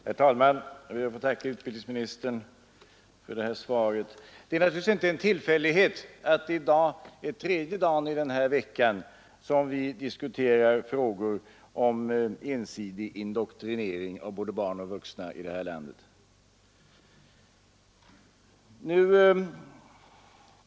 Herr talman! Jag ber att få tacka utbildningsministern för svaret Det är naturligtvis inte en tillfällighet att det nu är tredje dagen den här veckan som vi diskuterar frågor om ensidig indoktrinering av både barn och vuxna här i landet.